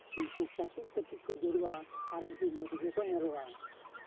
ᱩᱱᱠᱩ ᱠᱟᱹᱴᱤᱡ ᱠᱟᱹᱴᱤᱡ ᱠᱚ ᱡᱳᱞᱳᱜᱼᱟ ᱟᱨ ᱟᱹᱰᱤ ᱢᱚᱡᱽ ᱜᱮᱠᱚ ᱧᱮᱞᱚᱜᱼᱟ